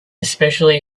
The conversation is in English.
especially